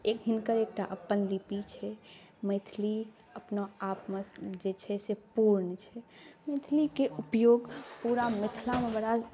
एक हिनकर एकटा अपन लिपि छै मैथिली अपना आपमे जे छै से पूर्ण छै मैथिलीके उपयोग पूरा मिथिला गणराज्य